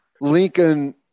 Lincoln